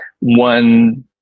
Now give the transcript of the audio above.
one